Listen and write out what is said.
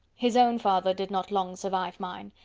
his own father did not long survive mine,